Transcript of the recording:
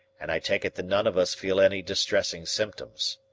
and i take it that none of us feel any distressing symptoms.